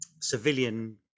civilian